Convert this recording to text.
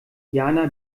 jana